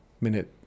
minute